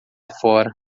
fora